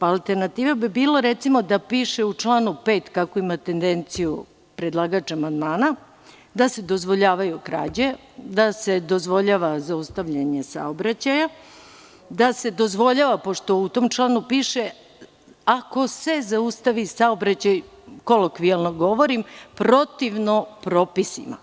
Alternativa bi bila, recimo, da piše u članu 5, kako ima tendenciju predlagač amandmana, da se dozvoljavaju krađe, da se dozvoljava zaustavljanje saobraćaja, da se dozvoljava, pošto u tom članu piše, ako se zaustavi saobraćaj, kolokvijalno govorim, protivno propisima.